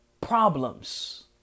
problems